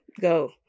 go